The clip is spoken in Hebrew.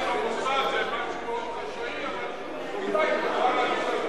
נניח המוסד זה משהו מאוד חשאי, אבל על מה מצביעים?